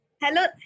Hello